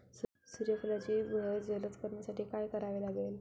सूर्यफुलाची बहर जलद करण्यासाठी काय करावे लागेल?